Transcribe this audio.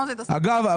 אגב,